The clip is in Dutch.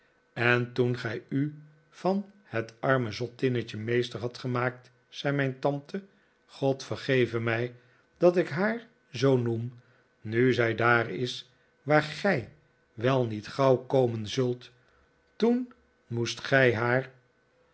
en toen gij u van het arme zottinnetje meester hadt gemaakt zei mijn tante god verge ve mij dat ik haar zoo noem nu zij daar is waar g ij wel niet gauw komen zult toen moest gij haar